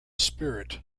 spirit